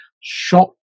shot